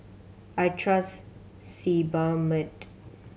I trust Sebamed